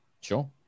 Sure